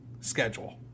schedule